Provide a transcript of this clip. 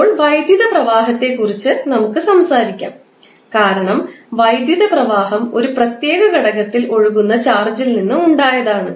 ഇപ്പോൾ വൈദ്യുത പ്രവാഹത്തെക്കുറിച്ച് നമുക്ക് സംസാരിക്കാം കാരണം വൈദ്യുത പ്രവാഹം ഒരു പ്രത്യേക ഘടകത്തിൽ ഒഴുകുന്ന ചാർജിൽ നിന്ന് ഉണ്ടായതാണ്